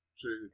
true